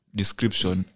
description